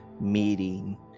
meeting